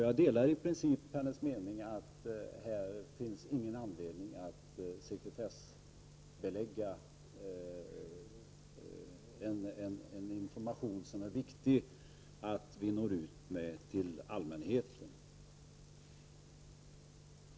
Jag delar i princip Marianne Samuelssons mening att det inte finns någon anledning att sekretessbelägga en information som det är viktigt att få ut till allmänheten.